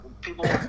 people